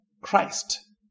Christ